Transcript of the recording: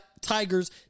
Tigers